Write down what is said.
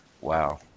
wow